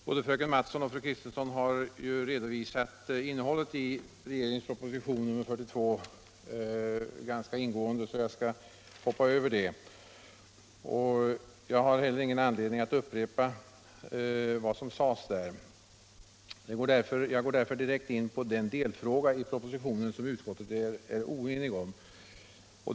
Både fröken Mattson och fru Kristensson har ganska ingående redovisat innehållet i regeringens proposition 1975/76:42, och jag skall därför hoppa över det. Jag går i stället direkt in på den delfråga i propositionen som utskottet är oenigt om.